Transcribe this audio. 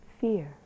fear